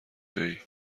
جویی